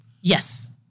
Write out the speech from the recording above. Yes